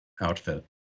outfit